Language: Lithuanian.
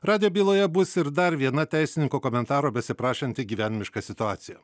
radijo byloje bus ir dar viena teisininko komentaro besiprašanti gyvenimiška situacija